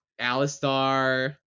Alistar